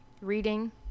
reading